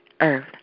earth